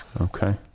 Okay